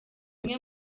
bimwe